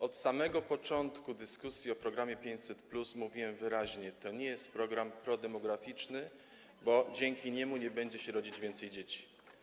Od samego początku dyskusji o programie 500+ mówiłem wyraźnie, że to nie jest program prodemograficzny, bo dzięki niemu nie będzie się rodzić więcej dzieci.